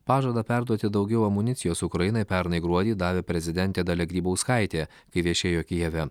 pažadą perduoti daugiau amunicijos ukrainai pernai gruodį davė prezidentė dalia grybauskaitė kai viešėjo kijeve